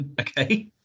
Okay